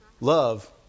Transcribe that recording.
Love